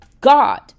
God